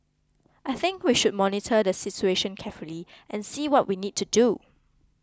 I think we should monitor the situation carefully and see what we need to do